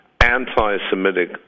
anti-Semitic